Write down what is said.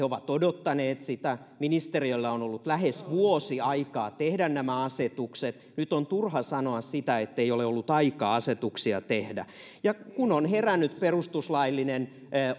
ovat odottaneet sitä ja ministeriöllä on ollut lähes vuosi aikaa tehdä nämä asetukset nyt on turha sanoa ettei ole ollut aikaa asetuksia tehdä kun nyt on herännyt perustuslaillinen